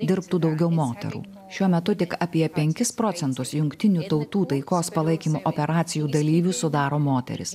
dirbtų daugiau moterų šiuo metu tik apie penkis procentus jungtinių tautų taikos palaikymo operacijų dalyvių sudaro moterys